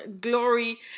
glory